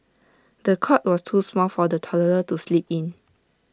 the cot was too small for the toddler to sleep in